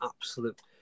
absolute